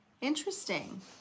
Interesting